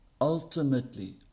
ultimately